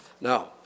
Now